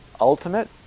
ultimate